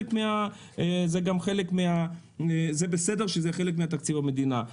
זה בסדר שזה יהיה חלק מתקציב המדינה.